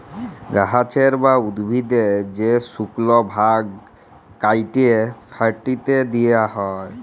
গাহাচের বা উদ্ভিদের যে শুকল ভাগ ক্যাইটে ফ্যাইটে দিঁয়া হ্যয়